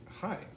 hi